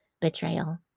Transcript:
betrayal